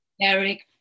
Eric